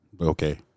Okay